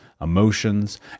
emotions